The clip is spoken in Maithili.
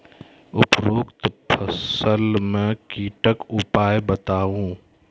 उपरोक्त फसल मे कीटक उपाय बताऊ?